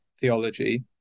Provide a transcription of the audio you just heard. theology